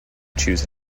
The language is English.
choose